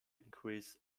increase